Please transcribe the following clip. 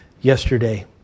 yesterday